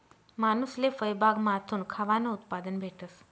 मानूसले फयबागमाथून खावानं उत्पादन भेटस